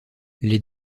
les